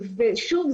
הווטרינארית.